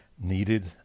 needed